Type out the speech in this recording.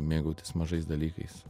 mėgautis mažais dalykais